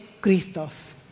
Cristos